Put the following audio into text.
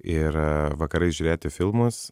ir vakarais žiūrėti filmus